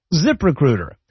ZipRecruiter